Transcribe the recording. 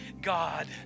God